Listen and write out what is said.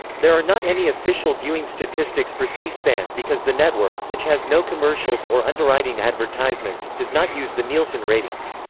there are not any official viewing statistics for c-span because the network, which has no commercials or underwriting advertisements, does not use the nielsen ratings.